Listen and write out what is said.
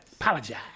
Apologize